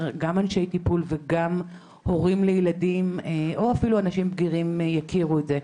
אנשי טיפול וגם הורים לילדים או אפילו אנשים בגירים יכירו את זה.